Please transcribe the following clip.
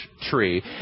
tree